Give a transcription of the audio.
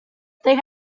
they